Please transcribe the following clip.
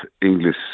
English